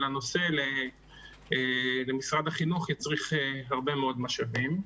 של הנושא למשרד החינוך יצריך הרבה מאוד משאבים.